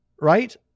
Right